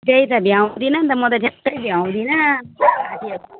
त्यही त भ्याउँदिन नि त म त ट्याकै भ्याउँदिन साथीहरूसँग